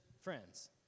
friends